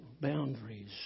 boundaries